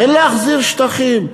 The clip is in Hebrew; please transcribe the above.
כן להחזיר שטחים,